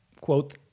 quote